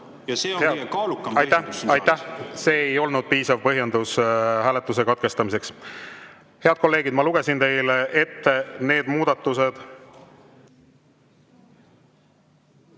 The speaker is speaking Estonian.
Ja see on kõige kaalukam … Aitäh! Aitäh! See ei olnud piisav põhjendus hääletuse katkestamiseks. Head kolleegid, ma lugesin teile ette muudatused.